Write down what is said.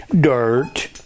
dirt